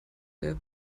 der